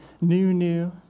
new-new